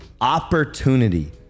opportunity